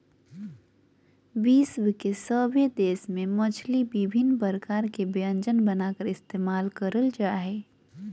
विश्व के सभे देश में मछली विभिन्न प्रकार के व्यंजन बनाकर इस्तेमाल करल जा हइ